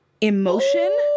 emotion